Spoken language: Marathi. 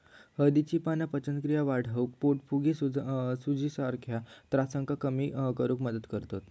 हळदीची पाना पचनक्रिया वाढवक, पोटफुगी, सुजीसारख्या त्रासांका कमी करुक मदत करतत